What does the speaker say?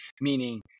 meaning